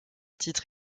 titres